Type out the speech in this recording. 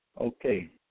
Okay